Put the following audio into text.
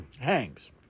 hangs